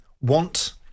want